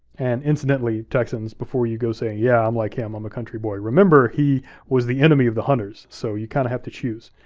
and incidentally, as texans, before you go saying, yeah, i'm like him, i'm a country boy, remember, he was the enemy of the hunters, so you kind of have to choose.